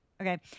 Okay